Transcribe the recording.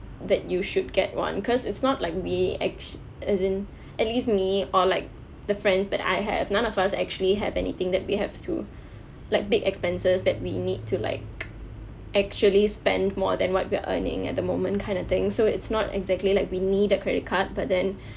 that you should get one because it's not like we act~ as in at least me or like the friends that I have none of us actually have anything that we have to like big expenses that we need to like actually spend more than what we're earning at the moment kind of thing so it's not exactly like we need a credit card but then